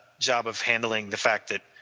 job of handling the fact that,